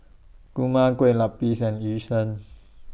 Kurma Kueh Lapis and Yu Sheng